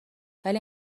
ولی